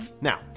Now